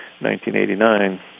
1989